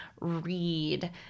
read